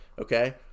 okay